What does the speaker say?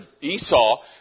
Esau